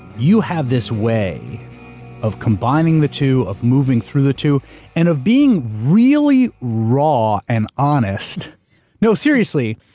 you have this way of combining the two of moving through the two and of being really raw and honest no seriously.